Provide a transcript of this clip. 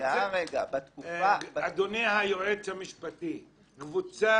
אדוני היועץ המשפטי, קבוצה